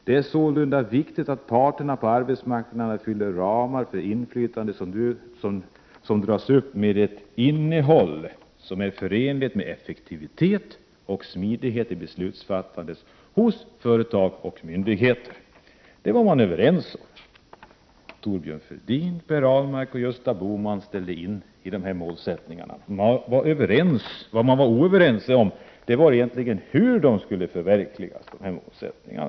Det är sålunda viktigt att parterna på arbetsmarknaden fyller de ramar för inflytande som dras upp med ett innehåll, som är förenligt med effektivitet och smidighet i beslutsfattandet hos företag och myndigheter. Detta var man överens om. Thorbjörn Fälldin, Per Ahlmark och Gösta Bohman instämde i dessa målsättningar. Det man var oense om var egentligen hur dessa målsättningar skulle förverkligas.